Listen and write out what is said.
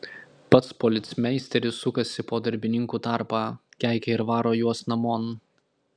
pats policmeisteris sukasi po darbininkų tarpą keikia ir varo juos namon